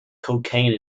cocaine